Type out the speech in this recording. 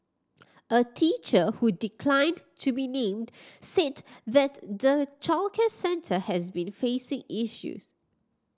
a teacher who declined to be named said that the childcare centre has been facing issues